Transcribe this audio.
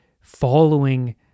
following